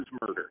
murder